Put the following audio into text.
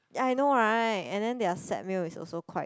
I know right and then their set meal is also quite